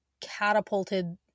catapulted